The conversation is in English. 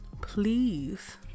Please